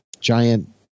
giant